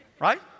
Right